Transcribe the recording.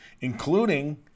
including